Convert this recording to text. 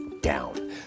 down